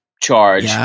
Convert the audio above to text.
charge